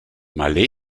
malé